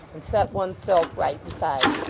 and set one's-self right besides.